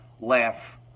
laugh